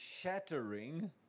shattering